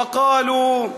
ואמרו: